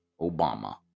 Obama